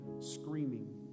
screaming